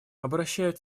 обращают